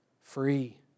free